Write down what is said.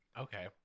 Okay